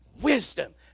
wisdom